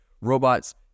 robots